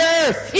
earth